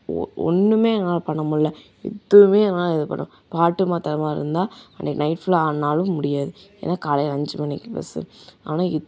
ஒ ஒன்றுமே எங்களால் பண்ண முடியல எதுவுமே எங்களால் இது பண்ண பாட்டு மாற்றுற மாதிரி இருந்தால் அன்றைக்கி நைட் ஃபுல்லாக ஆடினாலும் முடியாது ஏன்னால் காலையில் அஞ்சு மணிக்கு பஸ்ஸு ஆனால்